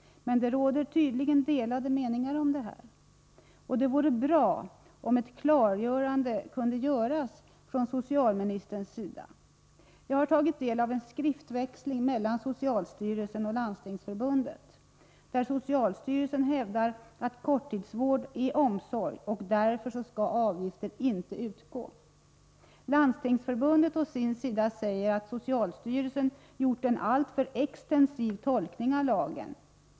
Det råder tydligen delade meningar om detta. Det vore bra att få ett klargörande från socialministerns sida. Jag har tagit del av en skriftväxling mellan socialstyrelsen och Landstingsförbundet, där socialstyrelsen hävdar att korttidsvård är omsorg, och att avgifter därför inte skall tas ut. Landstingsförbundet å sin sida säger att socialstyrelsen gjort en alltför extensiv tolkning av lagen.